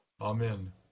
Amen